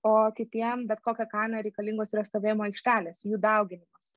o kitiem bet kokia kaina reikalingos yra stovėjimo aikštelės jų dauginimas